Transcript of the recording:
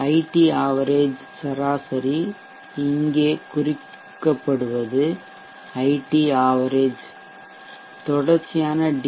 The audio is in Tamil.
ஐடி ஆவரேஜ்சராசரி இங்கே குறிக்கப்படுவது ஐடி ஆவரேஜ்சராசரி தொடர்ச்சியான டி